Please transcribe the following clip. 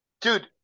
dude